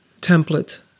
template